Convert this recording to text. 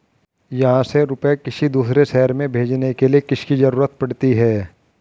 यहाँ से रुपये किसी दूसरे शहर में भेजने के लिए किसकी जरूरत पड़ती है?